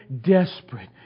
desperate